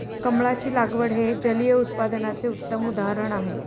कमळाची लागवड हे जलिय उत्पादनाचे उत्तम उदाहरण आहे